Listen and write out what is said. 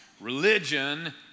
religion